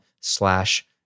slash